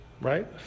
right